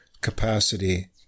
capacity